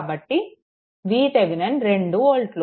కాబట్టి VThevenin 2 వోల్ట్లు